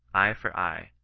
eye for eye,